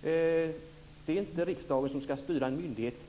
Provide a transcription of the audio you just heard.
Det är inte riksdagen som ska styra en myndighet.